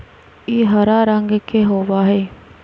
ई हरा रंग के होबा हई